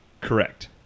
Correct